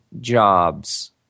jobs